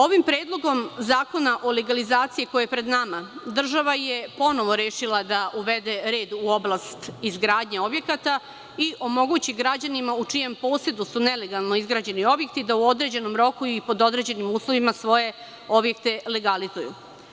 Ovim predlogom zakona o legalizaciji koji je pred nama, država je ponovo rešila da uvede red u oblast izgradnje objekata i omogući građanima, u čijem posedu su nelegalno izgrađeni objekti, da u određenom roku i pod određenim uslovima svoje objekte legalizuju.